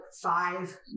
five